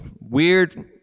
weird